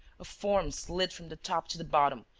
a form slid from the top to the bottom,